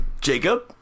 jacob